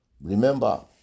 Remember